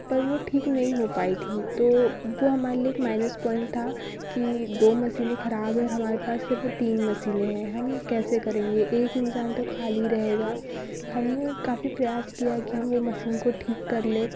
पर वो ठीक नहीं हो पाई थी तो वो हमारे लिए माइनस पॉइंट था की दो मशीनें खराब और हमारे पास सिर्फ तीन मशीनें हैं हम कैसे करेंगे एक इंसान तो खाली रहेगा हमने काफ़ी प्रयास किया कि हम वो मशीन को ठीक कर लें